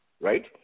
right